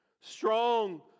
Strong